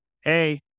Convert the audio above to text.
hey